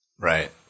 Right